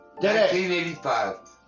1985